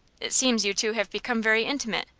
it seems you two have become very intimate,